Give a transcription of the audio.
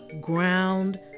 ground